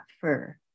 fur